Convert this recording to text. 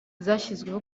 zashyizweho